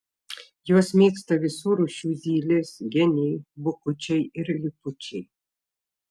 juos mėgsta visų rūšių zylės geniai bukučiai ir lipučiai